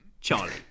Charlie